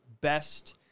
best